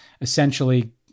essentially